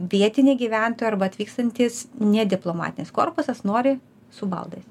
vietinė gyventojai arba atvykstantys ne diplomatinis korpusas nori su baldais